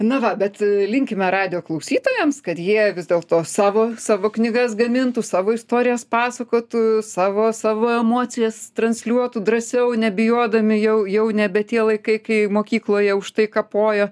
na va bet linkime radijo klausytojams kad jie vis dėlto savo savo knygas gamintų savo istorijas pasakotų savo savo emocijas transliuotų drąsiau nebijodami jau jau nebe tie laikai kai mokykloje už tai kapojo